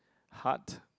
hut